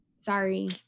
Sorry